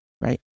right